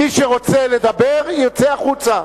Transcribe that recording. מי שרוצה לדבר, יצא החוצה.